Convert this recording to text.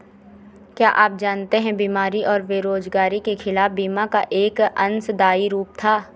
क्या आप जानते है बीमारी और बेरोजगारी के खिलाफ बीमा का एक अंशदायी रूप था?